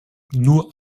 nur